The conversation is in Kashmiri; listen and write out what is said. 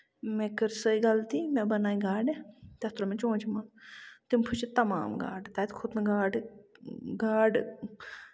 مےٚ کٔر سۄے غلطی مےٚ بَناوِ گاڈٕ تَتھ تروو مےٚ چونچہٕ منٛز تِم پھُچہِ تَمام گاڈٕ تَتہِ کھوٚت نہٕ گاڈٕ گاڈ